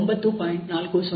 40 ಆಗಿರುವುದು